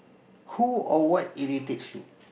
who or what irritates you